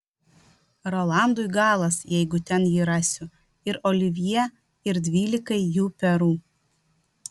rolandui galas jeigu ten jį rasiu ir olivjė ir dvylikai jų perų